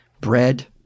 bread